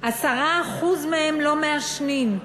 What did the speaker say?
10% מהם לא מעשנים.